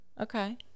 Okay